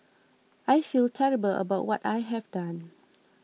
I feel terrible about what I have done